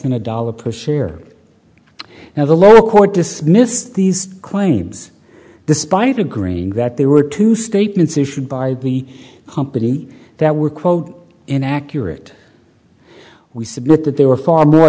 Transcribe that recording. than a dollar per share now the lower court dismissed these claims despite agreeing that there were two statements issued by the company that were quote inaccurate we submit that there were far more